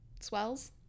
swells